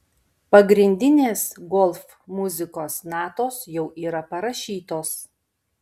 pagrindinės golf muzikos natos jau yra parašytos